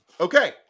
Okay